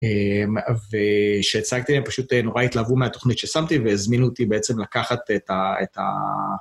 ושהצגתי להם פשוט נורא התלהבו מהתוכנית ששמתי והזמינו אותי בעצם לקחת את ה...